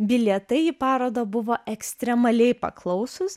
bilietai į parodą buvo ekstremaliai paklausūs